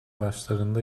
başlarında